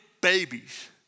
babies